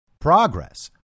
progress